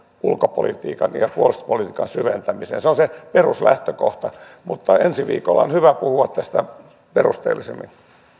ulkopolitiikan ja puolustuspolitiikan syventämiseen se on se peruslähtökohta mutta ensi viikolla on hyvä puhua tästä perusteellisemmin